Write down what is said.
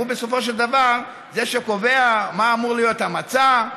הוא בסופו של דבר זה שקובע מה אמור להיות המצע,